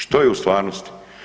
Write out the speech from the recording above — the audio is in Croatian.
Što je u stvarnosti?